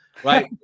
right